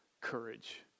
courage